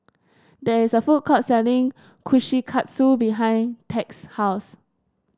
there is a food court selling Kushikatsu behind Tex house